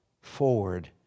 forward